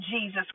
Jesus